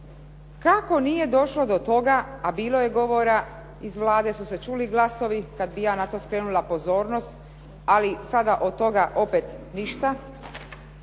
kako nije došlo do toga a bilo je govora, iz Vlade su se čuli glasovi, kada bih ja na to skrenula pozornost, ali sada od toga opet ništa.